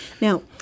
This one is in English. Now